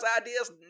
ideas